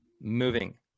moving